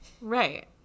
Right